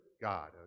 God